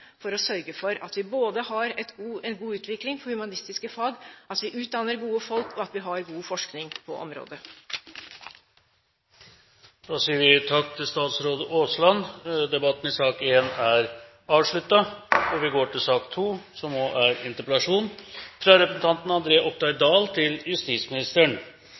for å sørge for at vi har en god utvikling for de humanistiske fag, at vi utdanner gode folk og at vi har god forskning på området. Flere har ikke bedt om ordet til sak nr. 1. Trygghet er et grunnleggende velferdsgode. Trygge mennesker i trygge hjem er